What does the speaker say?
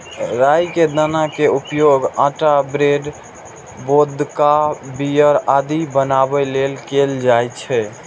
राइ के दाना के उपयोग आटा, ब्रेड, वोदका, बीयर आदि बनाबै लेल कैल जाइ छै